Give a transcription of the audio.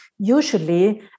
usually